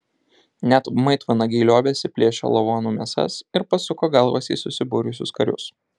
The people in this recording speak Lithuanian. net maitvanagiai liovėsi plėšę lavonų mėsas ir pasuko galvas į susibūrusius karius